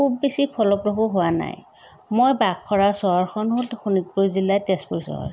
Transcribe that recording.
খুব বেছি ফলপ্ৰসু হোৱা নাই মই বাস কৰা চহৰখন হ'ল শোণিতপুৰ জিলাৰ তেজপুৰ চহৰ